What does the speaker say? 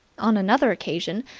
on another occasion,